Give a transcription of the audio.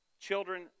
Children